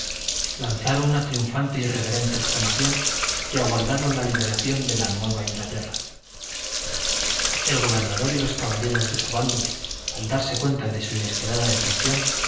lanzaron una triunfante y reverente exclamación y aguardaron la liberación de la nueva inglaterra el gobernador y los caballeros de su bando al darse cuenta de su inesperada detención